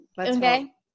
Okay